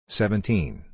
seventeen